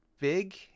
big